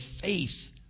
face